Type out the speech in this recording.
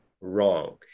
Wrong